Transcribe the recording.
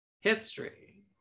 history